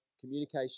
communication